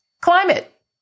Climate